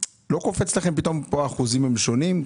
לא קופץ לכם פה אחוזים משונים?